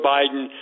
Biden